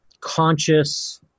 conscious